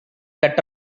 நிற்க